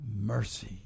mercy